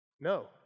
No